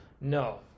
no